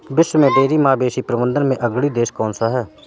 विश्व में डेयरी मवेशी प्रबंधन में अग्रणी देश कौन सा है?